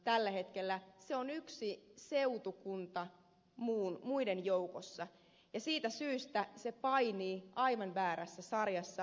tällä hetkellä se on yksi seutukunta muiden joukossa ja siitä syystä se painii aivan väärässä sarjassa